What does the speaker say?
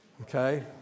okay